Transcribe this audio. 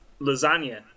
lasagna